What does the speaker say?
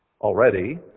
already